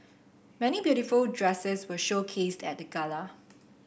many beautiful dresses were showcased at the gala